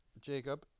Jacob